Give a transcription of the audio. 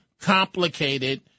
complicated